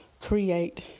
Create